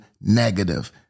negative